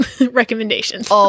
recommendations